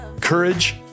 Courage